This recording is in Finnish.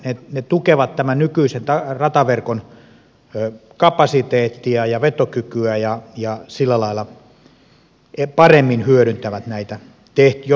ne tukevat tämän nykyisen rataverkon kapasiteettia ja vetokykyä ja sillä lailla paremmin hyödyntävät näitä jo tehtyjä investointeja